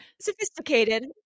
sophisticated